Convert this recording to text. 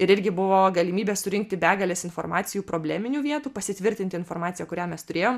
ir irgi buvo galimybė surinkti begales informacijų probleminių vietų pasitvirtinti informaciją kurią mes turėjom